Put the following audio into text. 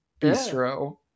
bistro